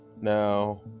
now